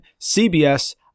CBS